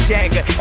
Jagger